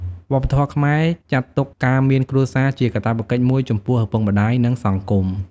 វប្បធម៌ខ្មែរចាត់ទុកការមានគ្រួសារជាកាតព្វកិច្ចមួយចំពោះឪពុកម្តាយ និងសង្គម។